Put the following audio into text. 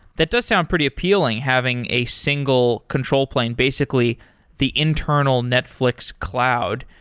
that does sound pretty appealing having a single control plane basically the internal netflix cloud.